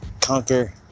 conquer